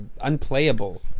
unplayable